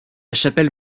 chapelle